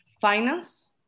finance